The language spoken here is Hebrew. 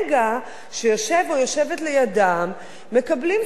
או יושבת לידם מקבלים שכר אחר לגמרי.